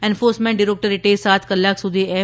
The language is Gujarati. એન્ફોર્સમેન્ટ ડિરોક્ટરેટે સાત કલાક સુધી એમ